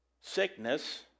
sickness